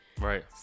Right